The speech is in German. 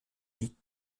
die